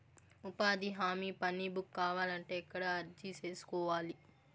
ఉపాధి హామీ పని బుక్ కావాలంటే ఎక్కడ అర్జీ సేసుకోవాలి?